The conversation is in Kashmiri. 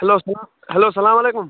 ہٮ۪لو ہٮ۪لو سلام وعلیکُم